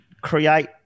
create